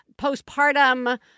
postpartum